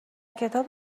کتاب